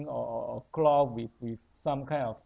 or or or cloth with with some kind of